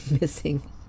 missing